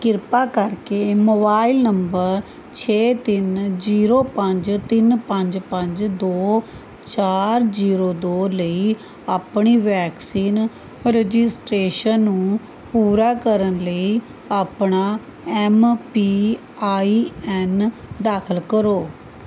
ਕਿਰਪਾ ਕਰਕੇ mobile number ਛੇ ਤਿੰਨ ਜ਼ੀਰੋ ਪੰਜ ਤਿੰਨ ਪੰਜ ਪੰਜ ਦੋ ਚਾਰ ਜ਼ੀਰੋ ਦੋ ਲਈ ਆਪਣੀ ਵੈਕਸੀਨ ਰਜਿਸਟ੍ਰੇਸ਼ਨ ਨੂੰ ਪੂਰਾ ਕਰਨ ਲਈ ਆਪਣਾ ਐਮ ਪੀ ਆਈ ਐਨ ਦਾਖਲ ਕਰੋ